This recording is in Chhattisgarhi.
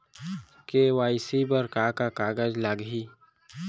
के.वाई.सी बर का का कागज लागही?